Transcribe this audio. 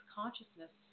consciousness